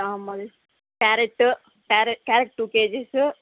carrot క్యారె carrot two kgs